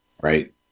Right